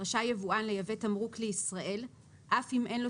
רשאי יבואן לייבא תמרוק לישראל אף אם אין לו